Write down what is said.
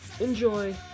Enjoy